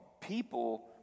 people